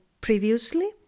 previously